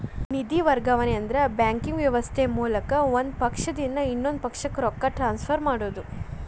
ನಿಧಿ ವರ್ಗಾವಣೆ ಅಂದ್ರ ಬ್ಯಾಂಕಿಂಗ್ ವ್ಯವಸ್ಥೆ ಮೂಲಕ ಒಂದ್ ಪಕ್ಷದಿಂದ ಇನ್ನೊಂದ್ ಪಕ್ಷಕ್ಕ ರೊಕ್ಕ ಟ್ರಾನ್ಸ್ಫರ್ ಮಾಡೋದ್